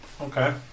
Okay